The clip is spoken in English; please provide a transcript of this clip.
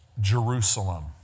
Jerusalem